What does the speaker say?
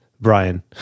Brian